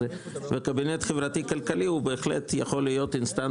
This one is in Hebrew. והקבינט החברתי כלכלי יכול להיות בהחלט אינסטנציה